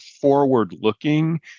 forward-looking